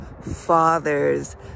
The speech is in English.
father's